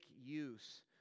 use